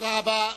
תודה רבה.